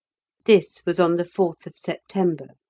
this was on the fourth of september.